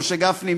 משה גפני,